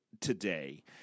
today